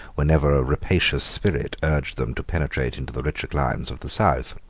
whenever a rapacious spirit urged them to penetrate into the richer climes of the south.